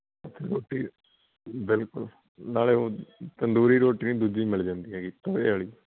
ਉੱਥੇ ਰੋਟੀ ਬਿਲਕੁਲ ਨਾਲ ਤੰਦੂਰੀ ਰੋਟੀ ਨਹੀਂ ਦੂਜੀ ਮਿਲ ਜਾਂਦੀ ਹੈਗੀ ਤਵੇ ਵਾਲੀ